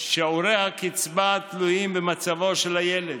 שיעורי הקצבה תלויים במצבו של הילד.